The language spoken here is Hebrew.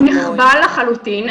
הוא נחבל לחלוטין.